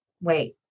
wait